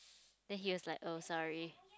then he has like a saree